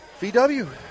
VW